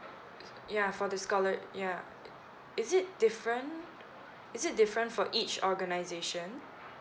uh ya for the scholar ya uh is it different is it different for each organisation